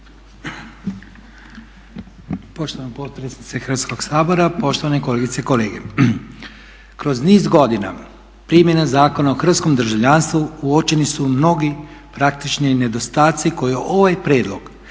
Poštovana potpredsjednice Hrvatskog sabora, poštovane kolegice i kolege. Kroz niz godina primjena Zakona o hrvatskom državljanstvu uočeni su mnogi praktični nedostaci koje ovaj prijedlog